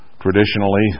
traditionally